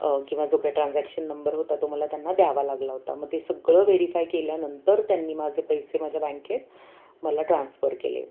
किंवा जो काय ट्रान्झॅक्शन नंबर होता तो मला त्यांना द्यावा लागला होता मग ते सगळं वेरीफाय केल्यानंतर त्यांनी माझे पैसे माझ्या बँकेत मला ट्रान्स्फर केले